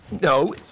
no